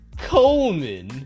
Coleman